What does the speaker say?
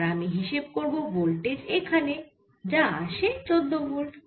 আর আমরা হিসেব করব ভোল্টেজ এখানে যা আসে 14 ভোল্ট